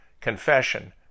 Confession